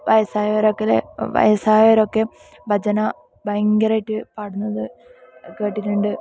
വയസ്സായവരൊക്കെലെ വയസ്സായവരൊക്കെ ഭജന ഭയങ്കരമായിട്ട് പാടുന്നത് കേട്ടിട്ടുണ്ട്